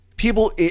people